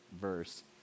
verse